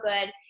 good